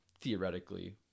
theoretically